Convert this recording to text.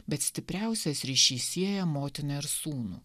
bet stipriausias ryšys sieja motiną ir sūnų